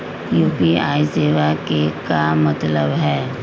UPI सेवा के का मतलब है?